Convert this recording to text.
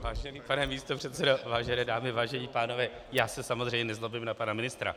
Vážený pane místopředsedo, vážené dámy, vážení pánové, já se samozřejmě nezlobím na pana ministra.